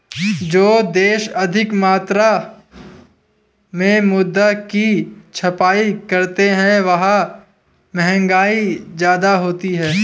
जो देश अधिक मात्रा में मुद्रा की छपाई करते हैं वहां महंगाई ज्यादा होती है